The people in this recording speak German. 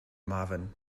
marvin